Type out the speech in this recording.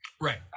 Right